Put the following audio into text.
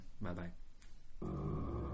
Bye-bye